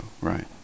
right